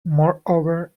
moreover